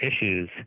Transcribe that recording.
issues